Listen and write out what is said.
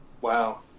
Wow